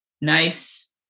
nice